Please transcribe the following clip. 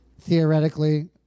theoretically